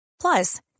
Plus